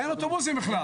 אין אוטובוסים בכלל.